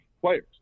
players